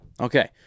Okay